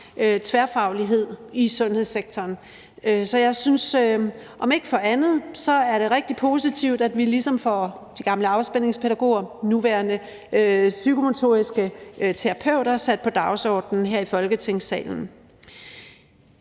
tværfaglighed i sundhedssektoren. Så jeg synes, at det er rigtig positivt, at vi ligesom får sat de gamle afspændingspædagoger og altså nuværende psykomotoriske terapeuter på dagsordenen her i Folketingssalen.